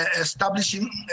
establishing